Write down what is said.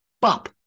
bop